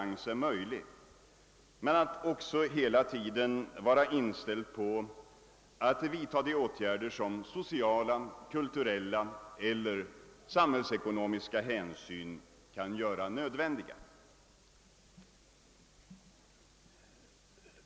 Det är också naturligt att hela tiden vara inställd på att vidta de särskilda åtgärder som sociala, kulturella eller samhällsekonomiska hänsyn kan göra nödvändiga.